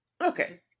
Okay